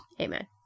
amen